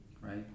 Right